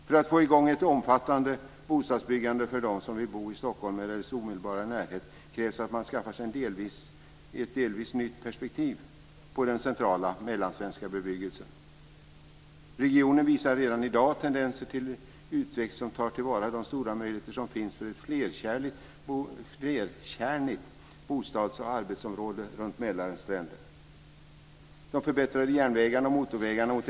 För att få i gång ett omfattande bostadsbyggande för dem som vill bo i Stockholm eller dess omedelbara närhet krävs att man skaffar sig ett delvis nytt perspektiv på den centrala mellansvenska bebyggelsen. Regionen visar redan i dag tendenser till tillväxt som tar till vara de stora möjligheterna för ett flerkärnigt bostads och arbetsplatsområde runt Mälarens stränder.